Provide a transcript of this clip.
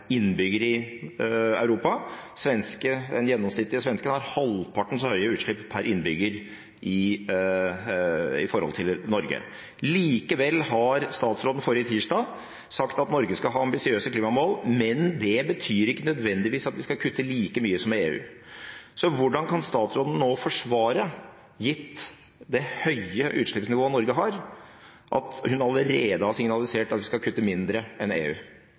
innbygger i Europa. Sverige har halvparten så høye utslipp per innbygger som Norge. Likevel har statsråden forrige tirsdag sagt at Norge skal ha ambisiøse klimamål, men det betyr ikke nødvendigvis at vi skal kutte like mye som EU. Så hvordan kan statsråden nå forsvare, gitt det høye utslippsnivået Norge har, at hun allerede har signalisert at vi skal kutte mindre enn EU?